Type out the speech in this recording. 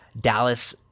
Dallas